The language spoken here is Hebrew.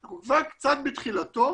אנחנו כבר קצת בתחילתו